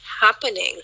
happening